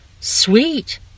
Sweet